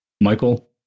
Michael